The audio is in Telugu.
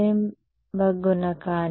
k అనేది వేవ్ వెక్టర్